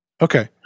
Okay